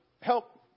help